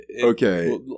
Okay